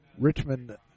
Richmond